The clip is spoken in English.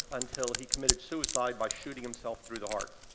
until he committed suicide by shooting himself through the heart.